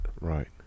right